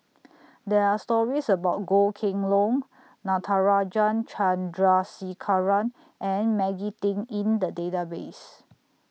There Are stories about Goh Kheng Long Natarajan Chandrasekaran and Maggie Teng in The Database